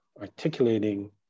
articulating